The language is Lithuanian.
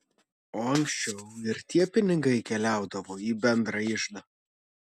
o ankščiau ir tie pinigai keliaudavo į bendrą iždą